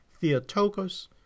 Theotokos